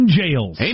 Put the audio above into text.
jails